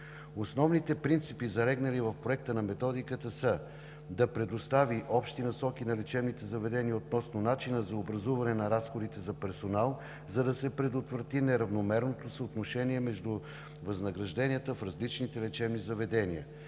Основните принципи, залегнали в Проекта на методиката, са: да предостави общи насоки на лечебните заведения относно начина за образуването на разходите за персонал, за да се предотврати неравномерното съотношение между възнагражденията в различните лечебни заведения;